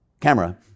camera